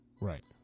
Right